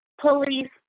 police